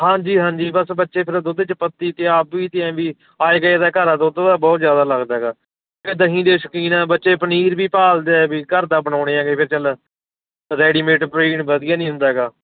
ਹਾਂਜੀ ਹਾਂਜੀ ਬਸ ਬੱਚੇ ਫਿਰ ਦੁੱਧ 'ਚ ਪੱਤੀ ਅਤੇ ਆਪ ਵੀ ਅਤੇ ਐਂ ਵੀ ਆਏ ਗਏ ਦਾ ਘਰ ਆ ਦੁੱਧ ਦਾ ਬਹੁਤ ਜ਼ਿਆਦਾ ਲੱਗਦਾ ਹੈਗਾ ਦਹੀਂ ਦੇ ਸ਼ੌਕੀਨ ਆ ਬੱਚੇ ਪਨੀਰ ਵੀ ਭਾਲਦੇ ਵੀ ਘਰ ਦਾ ਬਣਾਉਂਦੇ ਐਗੇ ਫਿਰ ਚੱਲ ਰੈਡੀਮੇਟ ਪਨੀਰ ਵਧੀਆ ਨਹੀਂ ਹੁੰਦਾ ਹੈਗਾ